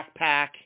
Backpack